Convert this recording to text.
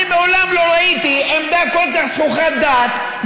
אני מעולם לא ראיתי עמדה כל כך זחוחת דעת,